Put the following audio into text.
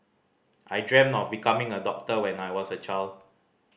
I dreamt of becoming a doctor when I was a child